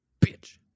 Bitch